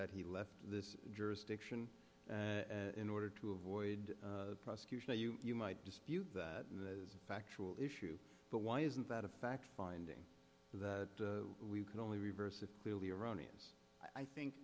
that he left this jurisdiction in order to avoid prosecution or you you might dispute that as a factual issue but why isn't that a fact finding that we can only reverse if clearly erroneous i think